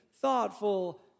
thoughtful